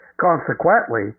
Consequently